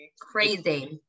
crazy